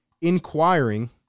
inquiring